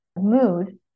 mood